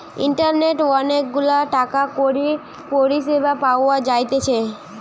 ইন্টারনেটে অনেক গুলা টাকা কড়ির পরিষেবা পাওয়া যাইতেছে